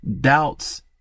doubts